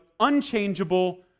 Unchangeable